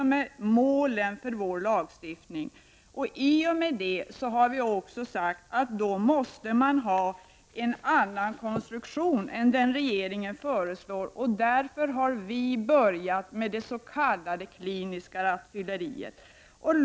Därmed bör lagstiftningen ha en annan konstruktion än den regeringen föreslår, och därför har vi tagit upp det s.k. kliniska rattfylleriet.